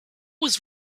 was